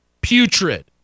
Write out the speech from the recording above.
putrid